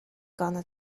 gonna